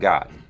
God